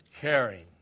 caring